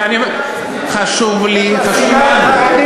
חשוב לי, חשוב לנו,